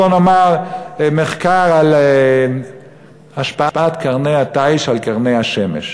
בוא נאמר מחקר על השפעת קרני התיש על קרני השמש.